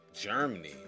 Germany